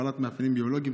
בעלת מאפיינים ביולוגיים,